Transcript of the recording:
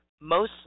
mostly